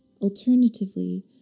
Alternatively